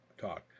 talk